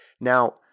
Now